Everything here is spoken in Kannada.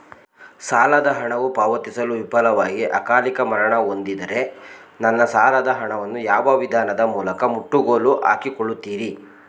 ಸಾಲದ ಹಣವು ಪಾವತಿಸಲು ವಿಫಲವಾಗಿ ಅಕಾಲಿಕ ಮರಣ ಹೊಂದಿದ್ದರೆ ನನ್ನ ಸಾಲದ ಹಣವನ್ನು ಯಾವ ವಿಧಾನದ ಮೂಲಕ ಮುಟ್ಟುಗೋಲು ಹಾಕಿಕೊಳ್ಳುತೀರಿ?